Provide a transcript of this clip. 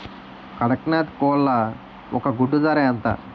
కదక్నత్ కోళ్ల ఒక గుడ్డు ధర ఎంత?